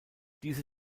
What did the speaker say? diese